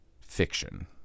fiction